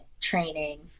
training